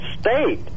state